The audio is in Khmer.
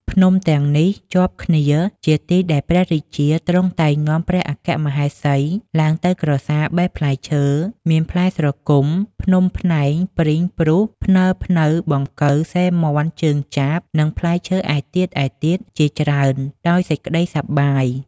ភ្នំទាំងនេះជាប់គ្នា ជាទីដែលព្រះរាជាទ្រង់តែងនាំព្រះអគ្គមហេសីឡើងទៅក្រសាលបេះផ្លែឈើ មានផ្លែស្រគំ ភ្នំភ្នែង ព្រីង ព្រូស ព្និល ព្នៅ បង្គៅ សិរមាន់ ជើងចាប និងផ្លែឈើឯទៀតៗជាច្រើន ដោយសេចក្ដីសប្បាយ ។